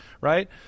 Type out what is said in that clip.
right